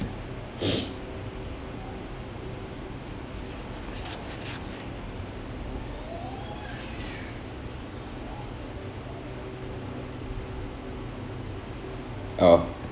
oh